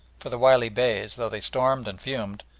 for the wily beys, though they stormed and fumed,